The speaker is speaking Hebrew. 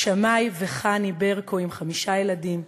שמאי וחני ברקו עם חמישה ילדים,